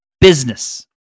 business